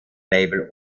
label